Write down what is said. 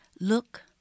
Look